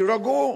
תירגעו.